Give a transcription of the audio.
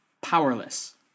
powerless